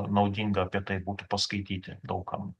naudinga apie tai būtų paskaityti daug kam